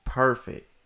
perfect